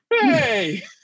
Hey